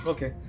Okay